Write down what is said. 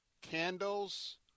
candles